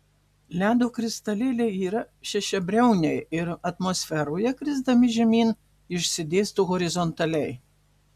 ledo kristalėliai yra šešiabriauniai ir atmosferoje krisdami žemyn išsidėsto horizontaliai